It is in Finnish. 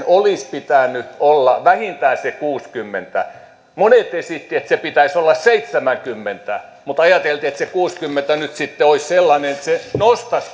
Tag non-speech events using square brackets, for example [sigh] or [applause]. [unintelligible] olisi pitänyt olla vähintään se kuusikymmentä monet esittivät että sen pitäisi olla seitsemänkymmentä mutta ajateltiin että se kuusikymmentä nyt sitten olisi sellainen että se nostaisi [unintelligible]